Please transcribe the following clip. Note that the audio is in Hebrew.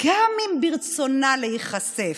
גם אם ברצונה להיחשף.